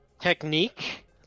Technique